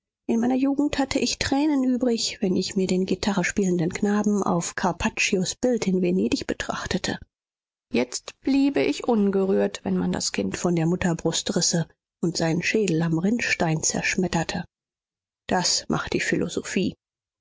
in meiner jugend hatte ich tränen übrig wenn ich mir den gitarrespielenden knaben auf carpaccios bild in venedig betrachtete jetzt bliebe ich ungerührt wenn man das kind von der mutterbrust risse und seinen schädel am rinnstein zerschmetterte das macht die philosophie